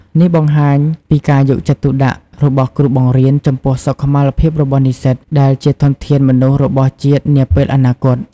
នេះបង្ហាញពីការយកចិត្តទុកដាក់របស់គ្រូបង្រៀនចំពោះសុខុមាលភាពរបស់និស្សិតដែលជាធនធានមនុស្សរបស់ជាតិនាពេលអនាគត។